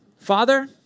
Father